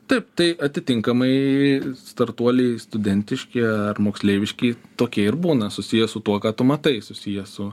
taip tai atitinkamai startuoliai studentiški ar moksleiviški tokie ir būna susiję su tuo ką tu matai susiję su